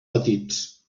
petits